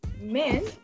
men